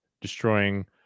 destroying